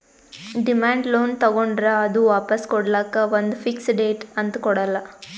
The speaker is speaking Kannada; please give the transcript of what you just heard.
ಡಿಮ್ಯಾಂಡ್ ಲೋನ್ ತಗೋಂಡ್ರ್ ಅದು ವಾಪಾಸ್ ಕೊಡ್ಲಕ್ಕ್ ಒಂದ್ ಫಿಕ್ಸ್ ಡೇಟ್ ಅಂತ್ ಕೊಡಲ್ಲ